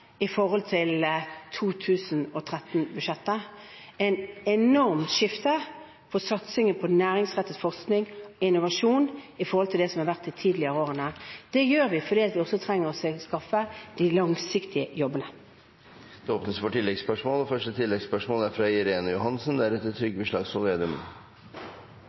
i forhold til 2013-budsjettet, et enormt skifte for satsingen på næringsrettet forskning og innovasjon i forhold til det som har vært de tidligere årene. Det gjør vi fordi vi også trenger å skaffe de langsiktige